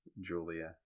Julia